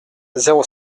zéro